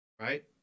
right